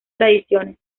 tradiciones